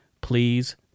Please